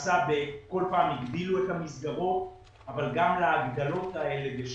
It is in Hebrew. שכל פעם הגדילו את המסגרות אבל גם להגדלות האלה יש